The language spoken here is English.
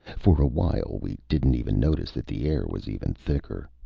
for awhile, we didn't even notice that the air was even thicker.